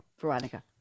Veronica